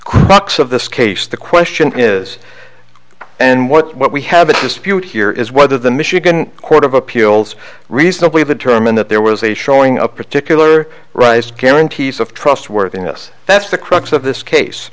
crux of this case the question is and what we have a dispute here is whether the michigan court of appeals reasonably determine that there was a showing a particular rights guarantees of trustworthiness that's the crux of this case